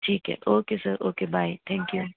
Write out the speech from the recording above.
ਠੀਕ ਹੈ okay sir okay bye thank you